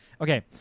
Okay